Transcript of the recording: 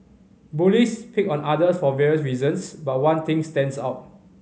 bullies pick on others for various reasons but one thing stands out